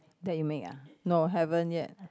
that you make ah no haven't yet